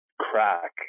crack